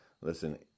Listen